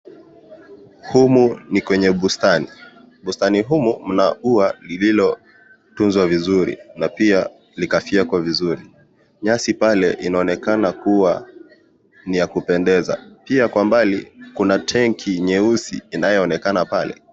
Humu ni kwenye bustani. Bustani humu mna ua lililotunzwa vizuri na pia likavyekwa vizuri. Nyasi pale, inaonekana kuwa ni ya kupendeza. Pia kwa umbali, kuna tanki nyeusi inayoonekana pale.